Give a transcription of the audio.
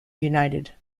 united